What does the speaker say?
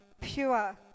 pure